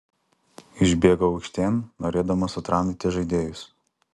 išbėgau aikštėn norėdamas sutramdyti žaidėjus